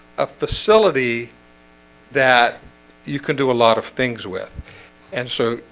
a facility that you can do a lot of things with and so